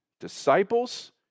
disciples